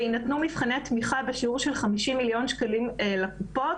יינתנו מבחני תמיכה בשיעור של 50 מיליון שקלים לקופות,